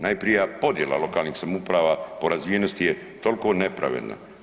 Najprije podjela lokalnih samouprava po razvijenosti je toliko nepravedna.